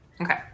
Okay